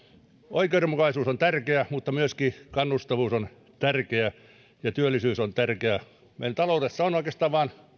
oikeudenmukaisuus on tärkeä mutta myöskin kannustavuus on tärkeä ja työllisyys on tärkeä meidän taloudessamme on oikeastaan vain